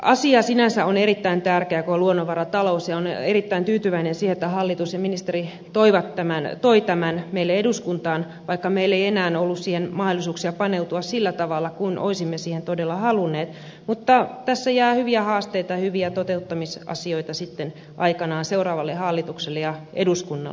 asia sinänsä on erittäin tärkeä koko luonnonvaratalous ja olen erittäin tyytyväinen siihen että hallitus ja ministeri toivat tämän meille eduskuntaan vaikka meillä ei enää ollut siihen mahdollisuuksia paneutua sillä tavalla kuin olisimme todella halunneet mutta tässä jää hyviä haasteita ja hyviä toteuttamisasioita sitten aikanaan seuraavalle hallitukselle ja eduskunnalle